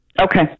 Okay